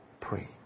pray